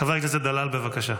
חבר הכנסת דלל, בבקשה.